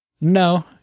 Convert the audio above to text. no